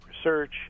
research